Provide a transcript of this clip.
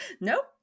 nope